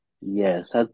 Yes